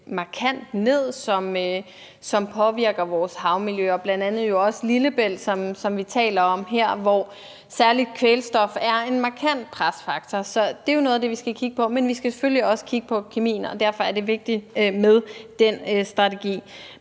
de næringsstoffer, som påvirker vores havmiljø og bl.a. også Lillebælt, som vi taler om her, hvor særlig kvælstof er en markant presfaktor. Det er jo noget af det, vi skal kigge på. Men vi skal selvfølgelig også kigge på kemien, og derfor er det vigtigt med den strategi.